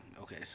Okay